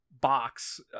box